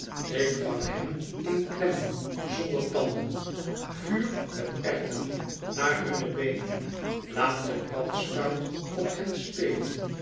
ik vang hen in klemmen zonder tanden vuur met erwten naar hunne beenen laat de brandspuit op hen spelen